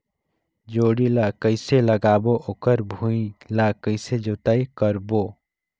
जोणी ला कइसे लगाबो ओकर भुईं ला कइसे जोताई करबो?